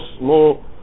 more